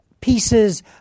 pieces